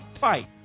fight